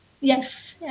Yes